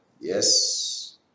yes